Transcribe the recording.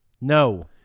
No